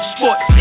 Sports